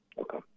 Okay